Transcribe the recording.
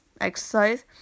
exercise